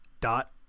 dot